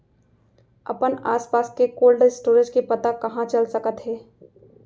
अपन आसपास के कोल्ड स्टोरेज के पता कहाँ चल सकत हे?